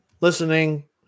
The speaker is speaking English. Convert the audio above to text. listening